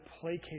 placate